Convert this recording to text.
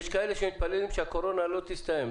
יש כאלה שמתפללים שהקורונה לא תסתיים.